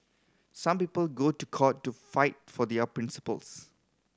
some people go to court to fight for their principles